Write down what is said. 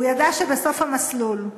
הוא ידע שבסוף המסלול,